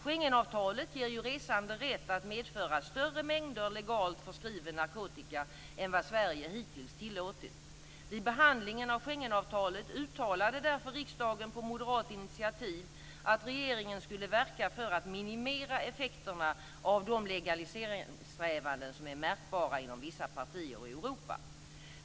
Schengenavtalet ger ju resande rätt att medföra större mängder legalt förskriven narkotika än vad Sverige hittills tillåtit. Vid behandlingen av Schengenavtalet uttalade därför riksdagen på moderat initiativ att regeringen skulle verka för att minimera effekterna av de legaliseringssträvanden som är märkbara inom vissa partier i Europa.